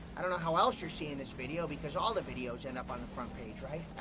i don't know how else you're seeing this video because all the videos end up on the front page, right?